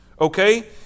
Okay